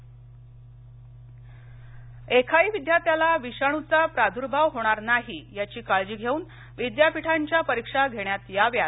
मुख्यमंत्री बैठक एकाही विद्यार्थ्याला विषाणूचा प्रादुर्भाव होणार नाही याची काळजी घेऊन विद्यापीठांच्या परीक्षा घेण्यात याव्यात